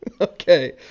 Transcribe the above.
Okay